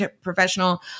professional